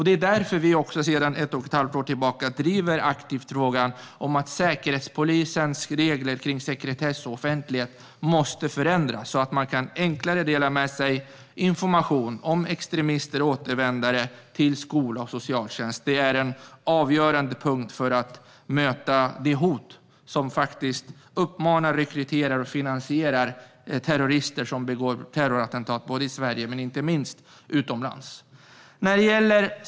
Det är därför som vi också sedan ett och ett halvt år tillbaka aktivt driver frågan om att Säkerhetspolisens regler kring sekretess och offentlighet måste förändras, så att man enklare kan dela med sig av information om extremister och återvändare till skola och socialtjänst. Det är en avgörande punkt när det gäller att möta hotet och dem som faktiskt uppmanar till detta och rekryterar och finansierar terrorister som begår terrorattentat i Sverige och inte minst utomlands.